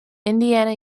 indiana